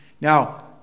Now